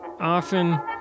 Often